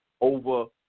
over